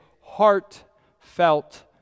heartfelt